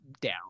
down